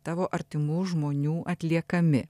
tavo artimų žmonių atliekami